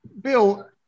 Bill